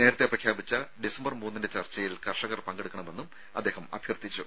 നേരത്തെ പ്രഖ്യാപിച്ച December മൂന്നിന്റെ ചർച്ചയിൽ കർഷകർ പങ്കെടുക്കണ മെന്നും അദ്ദേഹം അഭ്യർത്ഥിച്ചു